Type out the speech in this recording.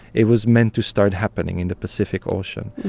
it was meant to start happening, in the pacific ocean.